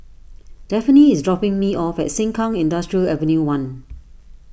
Daphne is dropping me off at Sengkang Industrial Avenue one